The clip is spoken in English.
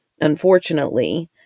Unfortunately